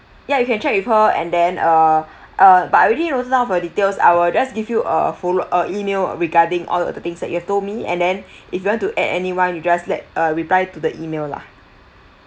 ya you can check with her and then err err but I already noted down for the details I will just give you a follow uh email regarding all of the things that you have told me and then if you want to add anyone you just let uh reply to the email lah